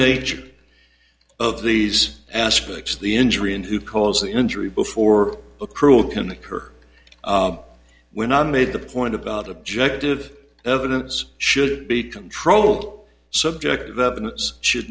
nature of these aspects the injury and who calls the injury before accrued can occur were not made the point about objective evidence should be controlled subject up and should